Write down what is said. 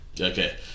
Okay